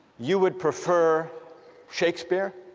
you would prefer shakespeare